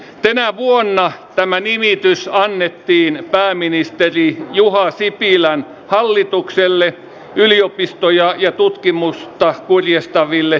tänä vuonna tämä nimitys annettiin pääministeri juha sipilän hallitukselle yliopistoja ja tutkimusta kurjistaville toimenpiteille